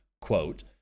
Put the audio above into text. quote